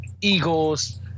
Eagles